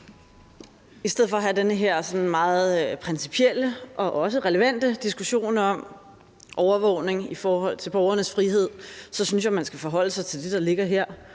I stedet for at have den her sådan meget principielle og også relevante diskussion om overvågning i forhold til borgernes frihed synes jeg, man skal forholde sig til det, der ligger her,